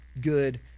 good